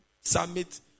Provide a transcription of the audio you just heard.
summit